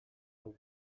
hau